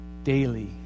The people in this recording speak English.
daily